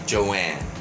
Joanne